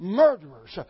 murderers